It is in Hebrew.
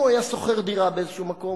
אם הוא היה שוכר דירה באיזה מקום,